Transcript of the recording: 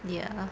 ya